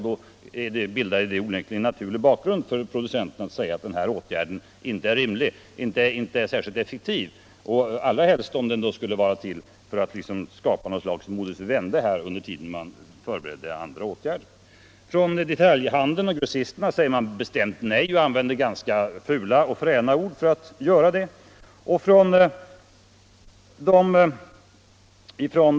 Det utgör onekligen en naturlig bekgrund för procuenterna att säga att åtgärden inte är särskilt effektiv, allra helst om den skulle vara till för att skapa något slags modus vivendi under tiden man förbereder andra åtgärder. Detaljhandeln och grossisterna säger bestämt nej och använder ganska fula och fräna ord för att göra det.